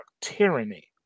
tyranny